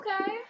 Okay